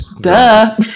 Duh